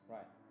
Right